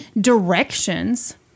directions